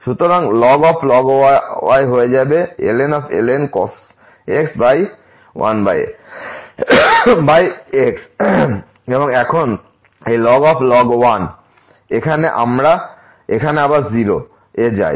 সুতরাং log y হবে ln cos x x এবং এখন এই log 1 এবং এখানে আবার 0 এ যায়